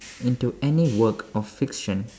into any work of fiction